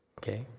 Okay